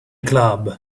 club